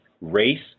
Race